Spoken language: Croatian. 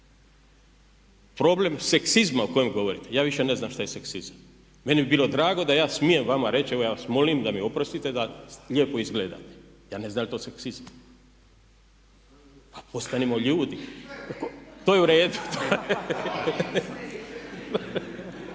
Problem seksizma o kojem govorite, ja više ne znam šta je seksizam. Meni bi bilo drago da ja smijem vama reći, evo ja vas molim da mi oprostite da lijepo izgledate. Ja ne znam da li je to seksizam? A postanimo ljudi, …/Upadica se ne čuje./… to je u redu.